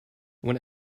when